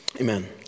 amen